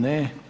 Ne.